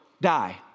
die